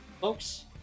folks